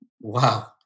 Wow